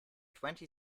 twenty